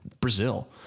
Brazil